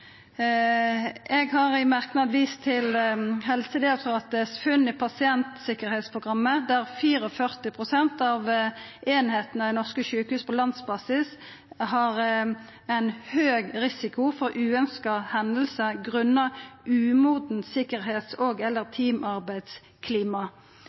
Eg har i merknad vist til funn frå Helsedirektoratet i Pasientsikkerhetsprogrammet, der 44 pst. av einingane ved norske sjukehus på landsbasis har ein høg risiko for uønskte hendingar grunna umodent sikkerheits-